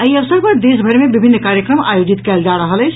एहि अवसर पर देशभरि मे विभिन्न कार्यक्रम आयोजित कयल जा रहल अछि